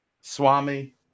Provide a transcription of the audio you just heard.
Swami